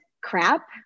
crap